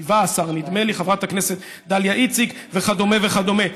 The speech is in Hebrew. השבע עשרה, חברת הכנסת דליה איציק, וכדומה וכדומה.